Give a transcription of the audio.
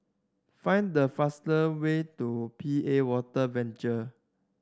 find the fastest way to P A Water Venture